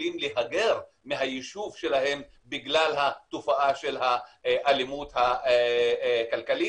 שוקלים להגר מהיישוב שלהם בגלל התופעה של האלימות הכלכלית.